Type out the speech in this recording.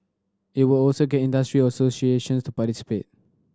it will also get industry associations to participate